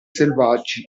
selvaggi